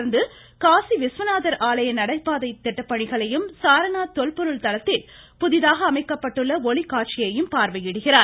தொடர்ந்து காசி விஸ்வநாதர் ஆலய நடைபாதை திட்டப்பணிகளையும் தொல்பொருள் சாரணாத் தளத்தில் புதிதாக அமைக்கப்பட்டுள்ள ஒளிக்காட்சியையும் பார்வையிடுகிறார்